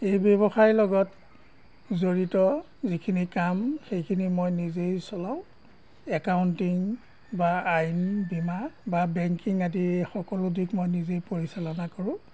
এই ব্যৱসায় লগত জড়িত যিখিনি কাম সেইখিনি মই নিজেই চলাওঁ একাউণ্টিং বা আইন বীমা বা বেংকিং আদি সকলো দিশ মই নিজেই পৰিচালনা কৰোঁ